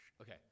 Okay